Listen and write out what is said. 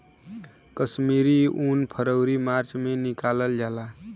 कश्मीरी उन फरवरी मार्च में निकालल जाला